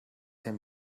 him